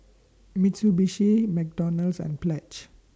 Mitsubishi McDonald's and Pledge